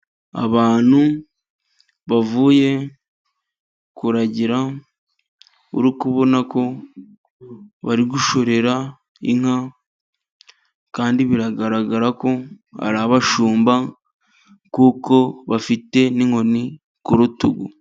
Abantu bavuye kuragira uri kubonako bari gushorera inka, kandi biragaragarako ari abashumba, kuko bafite n'inkoni k'urutugu.